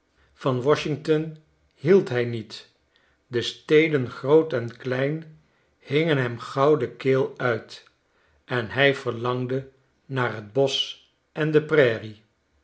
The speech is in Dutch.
van washington hield hij niet de steden groot en klein hingen hem gauw de keel uit en hij verlangde naar t bosch en de prairie